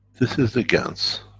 this is the gans.